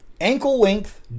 ankle-length